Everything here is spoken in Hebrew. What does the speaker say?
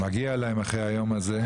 מגיע להם אחרי היום הזה.